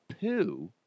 poo